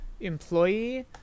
employee